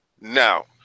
now